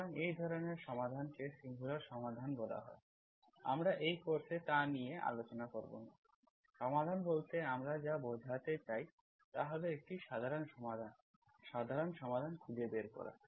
সুতরাং এই ধরনের সমাধানকে সিঙ্গুলার সমাধান বলা হয় আমরা এই কোর্সে তা নিয়ে আলোচনা করব না সমাধান বলতে আমরা যা বোঝাতে চাই তা হল একটি সাধারণ সমাধান সাধারণ সমাধান খুঁজে বের করা